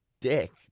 dick